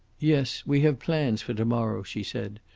yes, we have plans for to-morrow, she said,